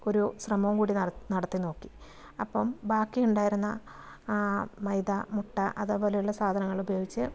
ഒരു ശ്രമവും കൂടി നടത്തി നോക്കി അപ്പം ബാക്കിയുണ്ടായിരുന്ന ആ മൈദ മുട്ട അതേപോലെയുള്ള സാധനകളുപയോഗിച്ച്